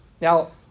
Now